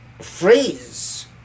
phrase